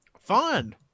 Fun